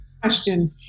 question